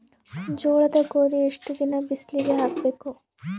ಜೋಳ ಗೋಧಿ ಎಷ್ಟ ದಿನ ಬಿಸಿಲಿಗೆ ಹಾಕ್ಬೇಕು?